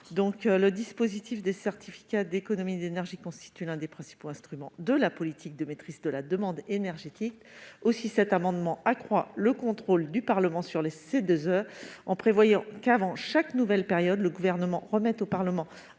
Billon. Les certificats d'économies d'énergie constituent l'un des principaux instruments de la politique de maîtrise de la demande énergétique. Aussi, cet amendement vise à accroître le contrôle du Parlement sur les C2E en prévoyant que, avant chaque nouvelle période, le Gouvernement remette au Parlement